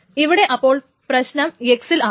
ഇവിടെ അപ്പോൾ പ്രശ്നം x ൽ ആണ്